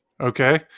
Okay